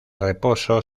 reposo